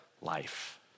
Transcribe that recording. life